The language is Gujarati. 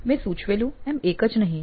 મેં સૂચવેલું એમ એક જ નહીં